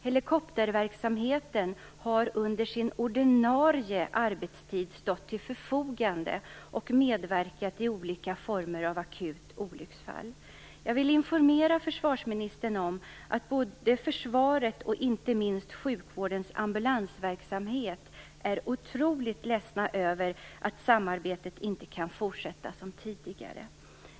Helikopterverksamheten har under sin ordinarie arbetstid stått till förfogande och medverkat i olika former av akut olycksfall. Jag vill informera försvarsministern om att både försvaret och inte minst sjukvårdens ambulansverksamhet är otroligt ledsna över att samarbetet inte kan fortsätta som tidigare.